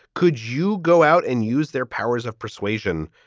could you go out and use their powers of persuasion?